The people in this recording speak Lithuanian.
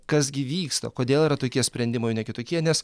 kas gi vyksta kodėl yra tokie sprendimai o ne kitokie nes